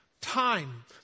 Time